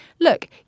look